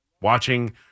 watching